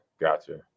gotcha